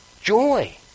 Joy